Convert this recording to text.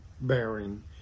bearing